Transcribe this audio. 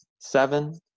Seven